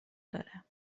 داره